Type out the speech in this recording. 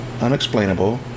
unexplainable